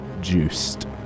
juiced